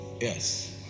yes